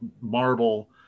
marble